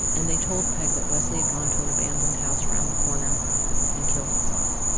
and they told peg that wesley had gone to an abandoned house around the corner and killed himself